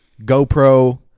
GoPro